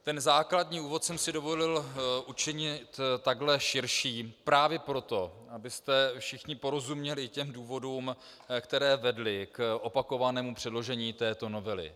Tento základní úvod jsem si dovolil učinit takhle širší právě proto, abyste všichni porozuměli důvodům, které vedly k opakovanému předložení této novely.